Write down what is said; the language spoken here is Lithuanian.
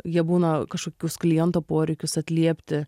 jie būna kažkokius kliento poreikius atliepti